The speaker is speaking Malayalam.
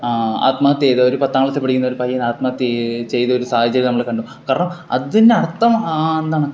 ആത്മഹത്യ ചെയ്ത് ഒരു പത്താം ക്ലാസ്സിൽ പഠിക്കുന്നൊരു പയ്യൻ ആത്മഹത്യ ചെയ്യുകയും ചെയ്തൊരു സാഹചര്യം നമ്മള് കണ്ടു കാരണം അതിനർത്ഥം എന്താണ്